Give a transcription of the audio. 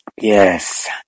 Yes